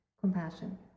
compassion